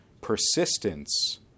persistence